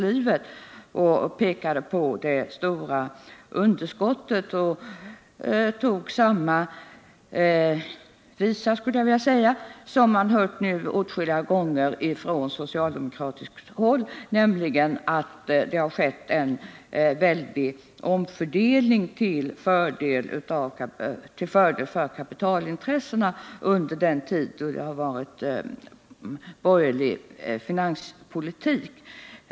Han pekade på det stora budgetunderskottet och drog samma visa som man nu har hört åtskilliga gånger från socialdemokratiskt håll, nämligen att det har skett en väldig omfördelning till förmån för kapitalintressena under den tid som en borgerlig finanspolitik förts.